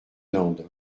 land